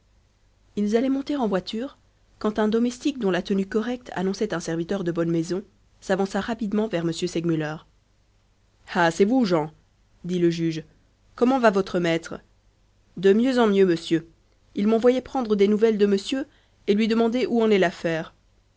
ils allaient monter en voiture quand un domestique dont la tenue correcte annonçait un serviteur de bonne maison s'avança rapidement vers m segmuller ah c'est vous jean dit le juge comment va votre maître de mieux en mieux monsieur il m'envoyait prendre des nouvelles de monsieur et lui demander où en est